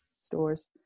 stores